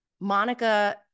Monica